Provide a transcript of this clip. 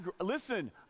listen